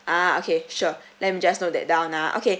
ah okay sure let me just note that down ah okay